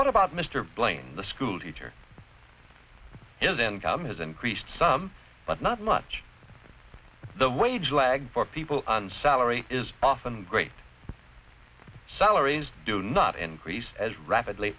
what about mr blaine the schoolteacher his income has increased some but not much the wage lag for people on salary is often great salaries do not increase as rapidly